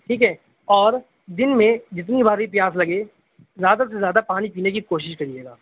ٹھیک ہے اور دن میں جتنی بار بھی پیاس لگے زیادہ سے زیادہ پانی پینے کی کوشش کرئیے گا